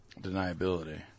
Deniability